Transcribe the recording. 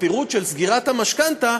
בפירוט של סגירת המשכנתה,